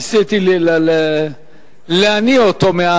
ניסיתי להניא אותו.